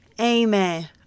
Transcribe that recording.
Amen